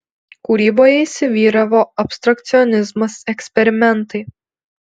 kūryboje įsivyravo abstrakcionizmas eksperimentai